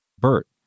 BERT